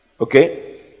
Okay